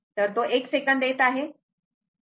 तर तो 1 सेकंद येत आहे